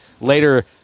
later